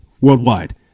worldwide